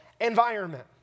environment